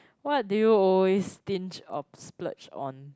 what do you always stinge or splurge on